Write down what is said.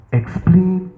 explain